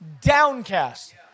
downcast